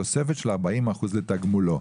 תוספת של 40% לתגמולו.